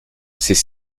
c’est